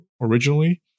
originally